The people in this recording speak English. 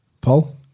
Paul